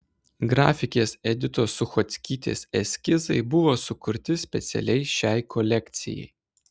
grafikės editos suchockytės eskizai buvo sukurti specialiai šiai kolekcijai